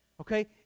okay